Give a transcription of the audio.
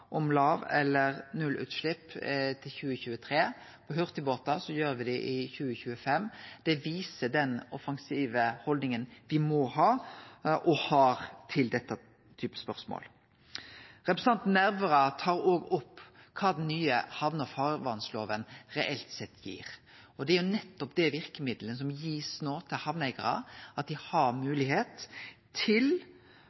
om låg- eller nullutslepp frå 2023. For hurtigbåtar gjer me det frå 2025. Det viser den offensive haldninga me må ha og har i denne typen spørsmål. Representanten Nævra tok òg opp kva den nye havne- og farvannsloven reelt sett gir. Det er jo nettopp dei verkemidla som no blir gjevne til hamneeigarar – at dei